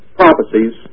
prophecies